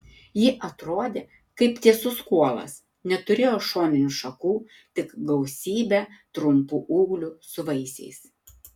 ji atrodė kaip tiesus kuolas neturėjo šoninių šakų tik gausybę trumpų ūglių su vaisiais